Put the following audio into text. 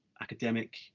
academic